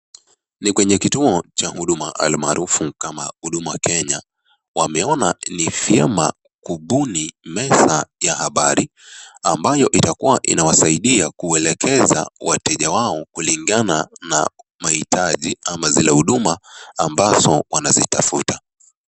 Ni kwenye kituo cha huduma almarufu kama Huduma Kenya, wameona ni vyema kubuni meza ya habari, ambayo itakuwa inawasaidia kuelekeza wateja wao kulingana na mahitaji ama zile huduma ambazo wanazitafuta.